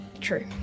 True